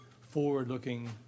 forward-looking